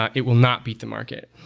ah it will not beat the market.